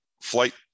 flight